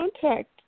contact